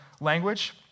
language